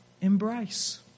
embrace